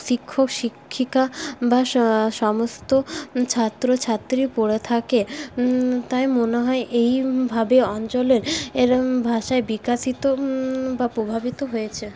শিক্ষক শিক্ষিকা বা সমস্ত ছাত্র ছাত্রী পড়ে থাকে তাই মনে হয় এই ভাবে অঞ্চলের এরম ভাষায় বিকাশিত বা প্রভাবিত হয়েছে